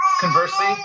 conversely